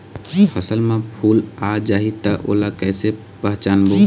फसल म फूल आ जाही त ओला कइसे पहचानबो?